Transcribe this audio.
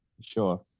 Sure